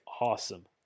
awesome